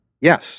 Yes